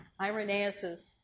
Irenaeus's